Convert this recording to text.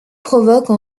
provoque